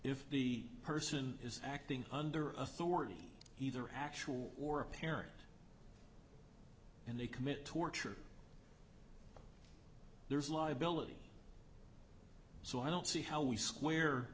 if the person is acting under authority either actual or apparent and they commit torture there's liability so i don't see how we square